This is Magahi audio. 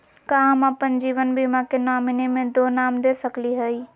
का हम अप्पन जीवन बीमा के नॉमिनी में दो नाम दे सकली हई?